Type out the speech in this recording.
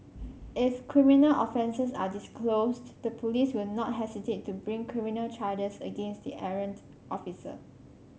if criminal offences are disclosed the police will not hesitate to bring criminal charges against the errant officer